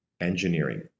engineering